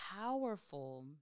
powerful